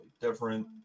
different